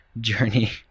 journey